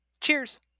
Cheers